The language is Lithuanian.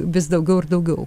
vis daugiau ir daugiau